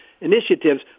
initiatives